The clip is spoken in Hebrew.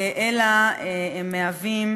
אלא מהווים,